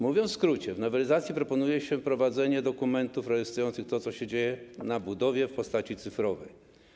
Mówiąc w skrócie, w nowelizacji proponuje się wprowadzenie dokumentów rejestrujących to, co się dzieje na budowie, w postaci cyfrowej.